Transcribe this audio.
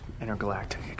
intergalactic